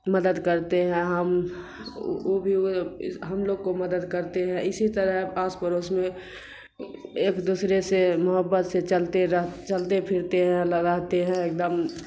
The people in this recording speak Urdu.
مدد کرتے ہیں ہم وہ بھی ہم لوگ کو مدد کرتے ہیں اسی طرح آس پڑوس میں ایک دوسرے سے محبت سے چلتے رہ چلتے پھرتے ہیں رہتے ہیں ایک دم